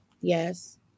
Yes